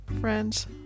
friends